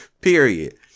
Period